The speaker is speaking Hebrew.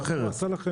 בוועדה.